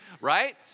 right